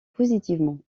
positivement